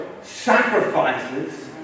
sacrifices